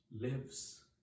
lives